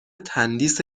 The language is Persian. تندیس